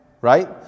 Right